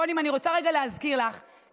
והתחלת עבודת מטה של משרד הבריאות.